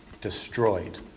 destroyed